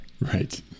right